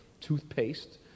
toothpaste